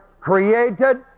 Created